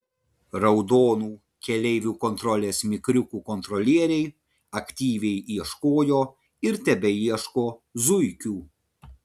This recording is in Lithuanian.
raudonų keleivių kontrolės mikriukų kontrolieriai aktyviai ieškojo ir tebeieško zuikių